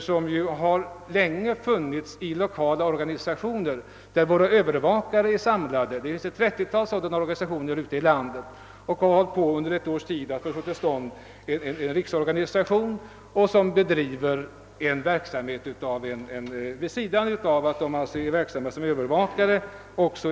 Ett trettiotal lokala organisationer, där våra övervakare är samlade, har länge funnits, och de har nu under något års tid arbetat på att bilda en riksorganisation. Vederbörande bedriver värdefullt arbete vid sidan av sin verksamhet som övervakare.